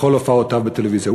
בכל הופעותיו בטלוויזיה.